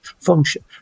function